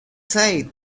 say